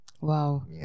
Wow